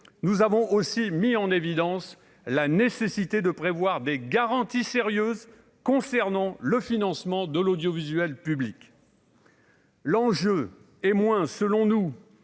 nous avons aussi mis en évidence la nécessité de prévoir des garanties sérieuses concernant le financement de l'audiovisuel public. L'enjeu est moins selon nous